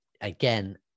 again